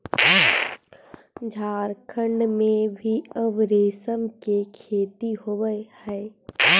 झारखण्ड में भी अब रेशम के खेती होवऽ हइ